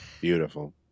Beautiful